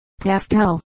pastel